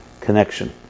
connection